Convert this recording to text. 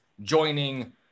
joining